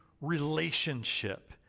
relationship